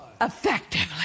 effectively